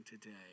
today